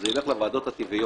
על מה אנחנו עכשיו הצבענו?